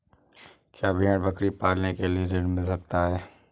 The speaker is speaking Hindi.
क्या भेड़ बकरी पालने के लिए ऋण मिल सकता है?